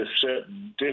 certain